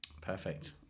perfect